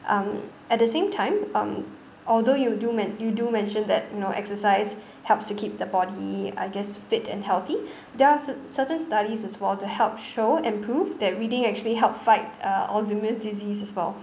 um at the same time um although you do men~ you do mentioned that you know exercise helps to keep the body I guess fit and healthy there are cert~ certain studies as well for to help show and prove that reading actually help fight uh alzheimer 's disease as well